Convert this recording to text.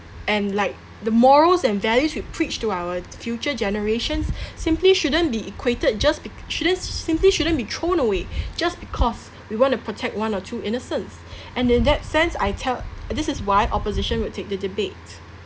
and like the morals and values we preach to our future generations simply shouldn't be equated just be shouldn't s~ simply shouldn't be thrown away just because we want to protect one or two innocence and in that sense I tell this is why opposition would take the debate